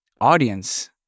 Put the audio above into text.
audience